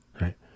right